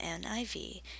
NIV